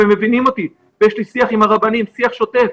והם מבינים אותי, ויש לי שיח עם הרבנים, שיח שוטף.